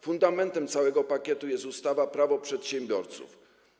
Fundamentem całego pakietu jest ustawa Prawo przedsiębiorców.